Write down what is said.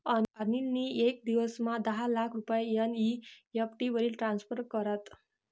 अनिल नी येक दिवसमा दहा लाख रुपया एन.ई.एफ.टी वरी ट्रान्स्फर करात